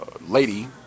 Lady